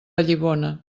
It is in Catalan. vallibona